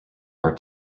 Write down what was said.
are